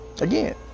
again